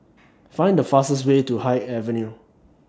Find The fastest Way to Haig Avenue